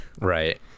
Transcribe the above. right